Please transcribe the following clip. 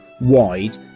wide